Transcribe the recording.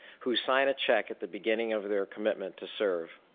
who sign a check at the beginning of their commitment to serve